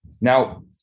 Now